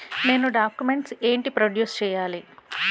నేను డాక్యుమెంట్స్ ఏంటి ప్రొడ్యూస్ చెయ్యాలి?